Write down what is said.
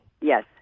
Yes